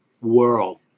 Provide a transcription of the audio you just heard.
world